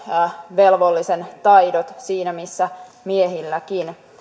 asevelvollisen taidot siinä missä miehilläkin